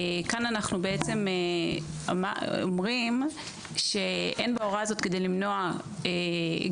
כאן אנחנו אומרים שאין בהוראה זאת כדי למנוע גם